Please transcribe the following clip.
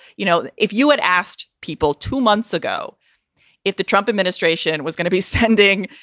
you know, if you had asked people two months ago if the trump administration was going to be sending,